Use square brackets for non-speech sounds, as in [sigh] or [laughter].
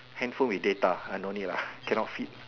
handphone with data ah no need lah [breath] cannot fit